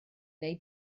neu